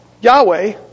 Yahweh